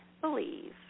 believe